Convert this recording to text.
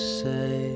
say